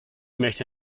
möchte